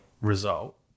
result